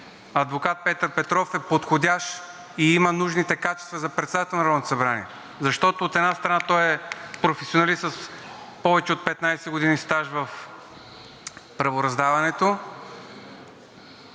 адвокат Петър Петров е подходящ и има нужните качества за председател на Народното събрание, защото, от една страна, той е професионалист с повече от 15 години стаж в правораздаването.